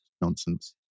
nonsense